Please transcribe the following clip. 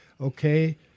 Okay